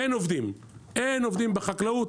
אין עובדים, אין עובדים בחקלאות.